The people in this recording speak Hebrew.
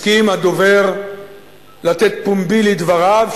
הסכים הדובר לתת פומבי לדבריו,